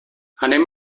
anem